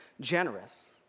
generous